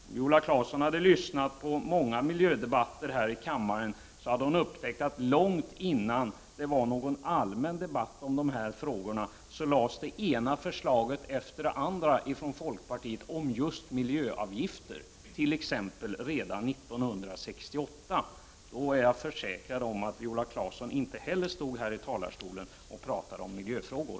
Om Viola Claesson hade lyssnat på många miljödebatter här i kammaren hade hon upptäckt att långt innan det var någon allmän debatt i dessa frågor lades det ena förslaget efter det andra fram från folkpartiet om just miljöavgifter, t.ex. redan 1968. Då är jag förvissad om att inte heller Viola Claesson stod här i talarstolen och talade i miljöfrågor.